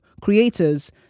creators